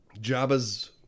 Jabba's